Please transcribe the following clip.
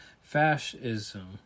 Fascism